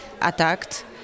attacked